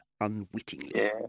Unwittingly